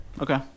Okay